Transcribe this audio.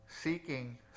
seeking